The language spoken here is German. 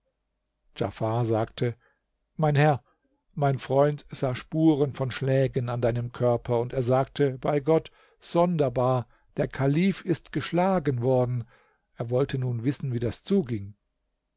djafar sagte mein herr mein freund sah spuren von schlägen an deinem körper und er sagte bei gott sonderbar der kalif ist geschlagen worden er wollte nun wissen wie das zuging